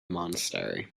monastery